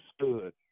understood